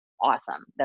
awesome